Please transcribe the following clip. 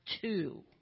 two